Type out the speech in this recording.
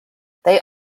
they